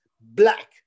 black